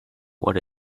what